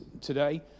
today